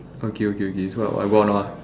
okay okay okay so I go out now ah